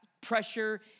pressure